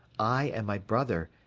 i, and my brother,